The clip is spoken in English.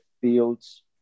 fields